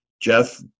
jeff